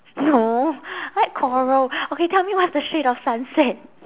no I like coral okay tell me what's the shade of sunset